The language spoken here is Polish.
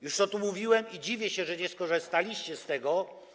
Już to tu mówiłem i dziwię się, że nie skorzystaliście z tego.